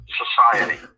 society